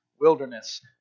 wilderness